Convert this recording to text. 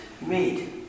made